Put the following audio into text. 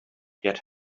get